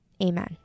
Amen